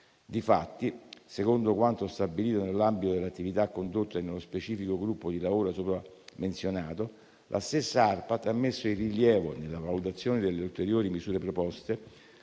Difatti, secondo quanto stabilito nell'ambito dell'attività condotta nello specifico gruppo di lavoro sopra menzionato, la stessa ARPAT ha messo in rilievo, nella valutazione delle ulteriori misure proposte,